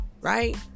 right